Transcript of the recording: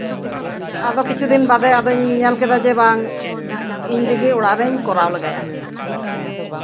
ᱟᱫᱚ ᱠᱤᱪᱷᱩ ᱫᱤᱱ ᱵᱟᱫᱮᱧ ᱧᱮᱞ ᱠᱮᱫᱟ ᱡᱮ ᱵᱟᱝ ᱤᱧ ᱛᱮᱜᱮ ᱚᱲᱟᱜ ᱨᱮᱧ ᱠᱚᱨᱟᱣ ᱞᱮᱜᱟᱭᱟ